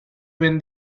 when